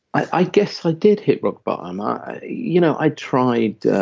i guess i did hit rock bottom. ah you know i tried